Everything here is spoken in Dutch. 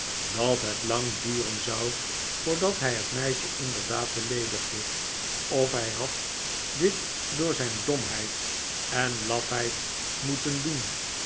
dat het lang duren zou voordat hij het meisje inderdaad beleedigde of hij had dit door zijn domheid en lafheid moeten doen